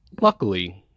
luckily